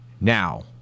Now